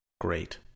great